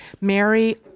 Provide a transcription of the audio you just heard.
Mary